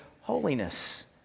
holiness